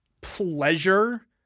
pleasure